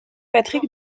patrick